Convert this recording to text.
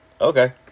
Okay